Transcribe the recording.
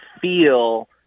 feel